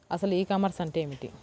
అసలు e commerce అంటే ఏమిటి?